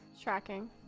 Tracking